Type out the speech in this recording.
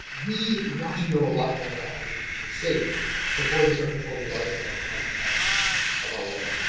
we want to know a lot more about how to make these things safe before they start controlling larger and larger parts of of our world.